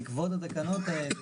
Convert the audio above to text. בעקבות התקנות האלה,